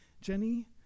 Jenny